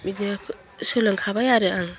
बिदिनो सोलोंखाबाय आरो आं